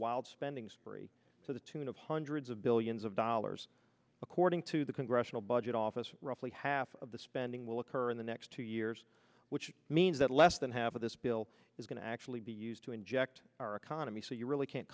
wild spending spree to the tune of hundreds of billions of dollars according to the congressional budget office roughly half of the spending will occur in the next two years which means that less than half of this bill is going to actually be used to inject our economy so you really can't